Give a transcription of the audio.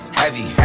heavy